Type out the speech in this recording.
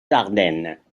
ardennes